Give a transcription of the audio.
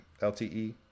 LTE